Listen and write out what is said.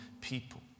people